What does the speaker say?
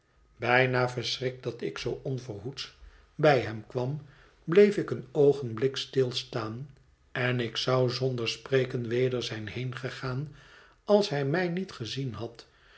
bijna verschrikt dat ik zoo onverhoeds bij hem kwam bleef ik een oogenhlik stilstaan en ik zou zonder spreken weder zijn heengegaan als hij mij niet gezien had